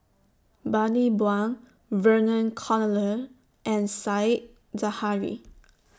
Bani Buang Vernon Cornelius and Said Zahari